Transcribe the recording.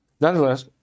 Nonetheless